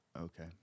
Okay